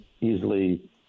easily